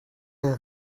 der